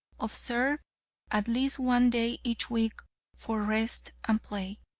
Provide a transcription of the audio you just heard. observe at least one day each week for rest and play.